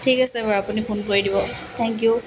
ঠিক আছে বাৰু আপুনি ফোন কৰি দিব থেংক ইউ